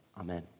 Amen